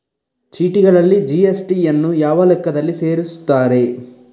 ಚೀಟಿಗಳಲ್ಲಿ ಜಿ.ಎಸ್.ಟಿ ಯನ್ನು ಯಾವ ಲೆಕ್ಕದಲ್ಲಿ ಸೇರಿಸುತ್ತಾರೆ?